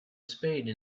spade